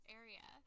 area